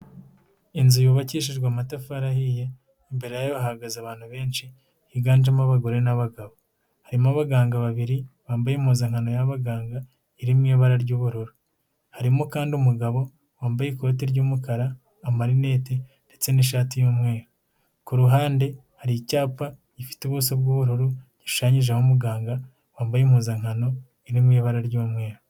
Inzu yubakishijwe amatafari ahiye, imbere yayo hahagaze abantu benshi, higanjemo abagore n'abagabo. Harimo abaganga babiri, bambaye impuzankano y'abaganga, irimo ibara ry'ubururu. Harimo kandi umugabo wambaye ikoti ry'umukara, amarinete ndetse n'ishati y'umweru. Ku ruhande hari icyapa gifite ubuso bw'ubururu, gishushanyijeho muganga, wambaye impuzankano, iri mu ibara ry'umweru.